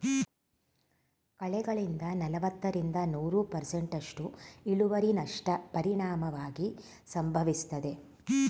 ಕಳೆಗಳಿಂದ ನಲವತ್ತರಿಂದ ನೂರು ಪರ್ಸೆಂಟ್ನಸ್ಟು ಇಳುವರಿನಷ್ಟ ಪರಿಣಾಮವಾಗಿ ಸಂಭವಿಸ್ತದೆ